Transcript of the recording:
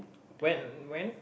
when when